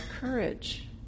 courage